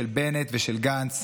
של בנט ושל גנץ,